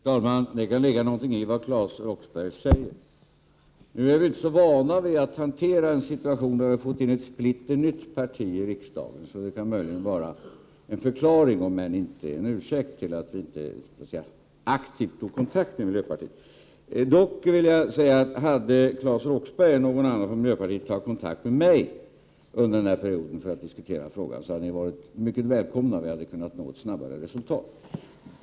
Herr talman! Det kan ligga något i vad Claes Roxbergh säger. Nu är vi inte så vana vid att hantera en situation där vi har fått in ett splitter nytt parti i riksdagen. Det kan möjligen vara en förklaring till, om än inte en ursäkt, att vi inte aktivt tog kontakt med miljöpartiet. Jag vill dock säga att om Claes Roxbergh eller någon annan från miljöpartiet hade tagit kontakt med mig under denna period för att diskutera frågan hade ni varit mycket välkomna, och vi hade kunnat nå ett resultat snabbare.